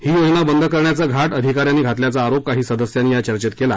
ही योजना बंद करण्याचा घाट अधिकाऱ्यांनी घातल्याचा आरोप काही सदस्यांनी या चर्चेत केला